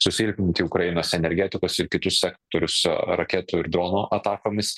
susilpninti ukrainos energetikos ir kitus sektorius raketų ir dronų atakomis